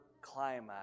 climax